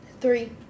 Three